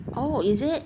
oh is it